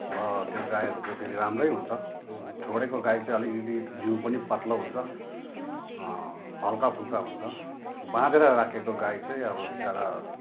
त्यो गाईहरूको फेरि राम्रै हुन्छ छोडेको गाई चाहिँ अलिकति जिउ पनि पात्लो हुन्छ हल्काफुल्का हुन्छ बाँधेर राखेको गाई चाहिँ अब विचरा